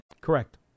Correct